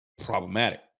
problematic